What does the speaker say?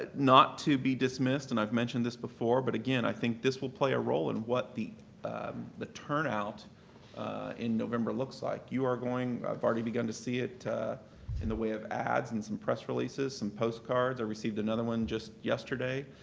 not to be dismissed, and i've mentioned this before, but again, i think this will play a role in what the the turnout in november looks like. you are going have already begun to see it in the way of ads and some press releases, some postcards, i received another one just yesterday.